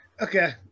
Okay